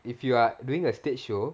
if you are doing a stage show